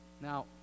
Now